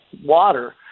water